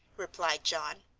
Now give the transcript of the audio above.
replied john.